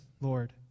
Lord